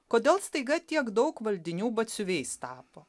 kodėl staiga tiek daug valdinių batsiuviais tapo